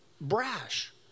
brash